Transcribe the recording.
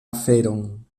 aferon